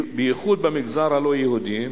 בייחוד במגזר הלא-יהודי.